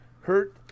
Hurt